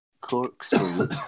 corkscrew